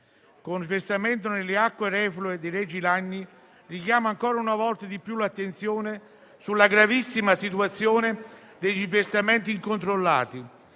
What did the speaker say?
con sversamento nelle acque reflue dei Regi Lagni, richiama ancora una volta di più l'attenzione sulla gravissima situazione degli sversamenti incontrollati